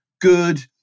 good